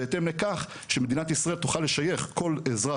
בהתאם לכך שמדינת ישראל תוכל לשייך כל אזרח